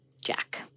Jack